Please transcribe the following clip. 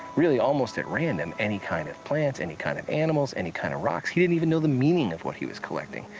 really, almost at random, any kind of plants, any kind of animals, any kinds of rocks. he didn't even know the meaning of what he was collecting,